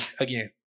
again